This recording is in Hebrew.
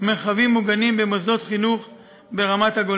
מרחבים מוגנים במוסדות חינוך ברמת-הגולן.